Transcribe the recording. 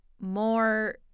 more